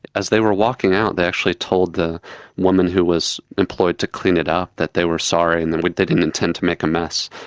as they were walking out they actually told the woman who was employed to clean it up that they were sorry and they didn't intend to make a mess,